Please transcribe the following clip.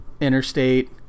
interstate